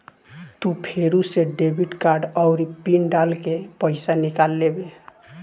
तू फेरू से डेबिट कार्ड आउरी पिन डाल के पइसा निकाल लेबे